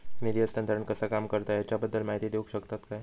निधी हस्तांतरण कसा काम करता ह्याच्या बद्दल माहिती दिउक शकतात काय?